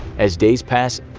as days pass,